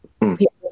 people